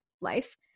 life